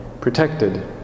protected